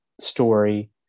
story